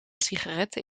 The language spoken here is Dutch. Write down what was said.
sigaretten